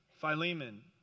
Philemon